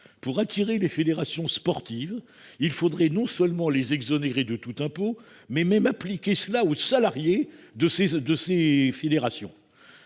Pour attirer ces dernières, il faudrait non seulement les exonérer de tout impôt, mais même appliquer cela à leurs salariés ! La Fédération